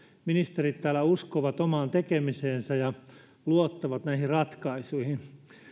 ministerit täällä uskovat omaan tekemiseensä ja luottavat näihin ratkaisuihin